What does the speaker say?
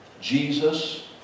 Jesus